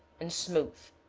and smooth.